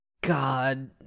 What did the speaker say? god